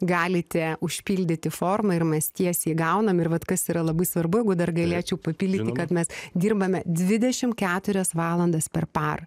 galite užpildyti formą ir mes tiesiai gaunam ir vat kas yra labai svarbu jeigu dar galėčiau papildyti kad mes dirbame dvidešimt keturias valandas per parą